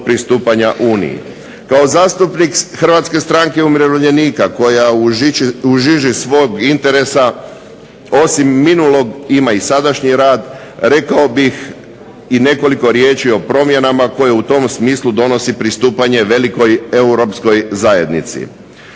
pristupanja Uniji. Kao zastupnik HSU-a koja u žiži svog interesa osim minulog ima i sadašnji rad, rekao bih i nekoliko riječi i o promjenama koje u tom smislu donosi pristupanje velikoj europskoj zajednici.